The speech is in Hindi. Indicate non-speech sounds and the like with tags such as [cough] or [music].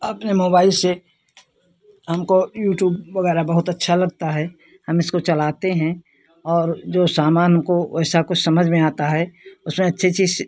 अपने मोबाइल से हमको यूट्यूब वगैरह बहुत अच्छा लगता है हम इसको चलाते हैं और जो सामान हमको ऐसा कुछ समझ में आता है उसमें अच्छी अच्छी [unintelligible]